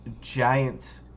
giant